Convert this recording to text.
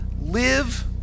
live